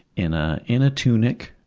in ah in a tunic,